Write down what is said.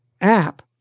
app